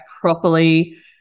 properly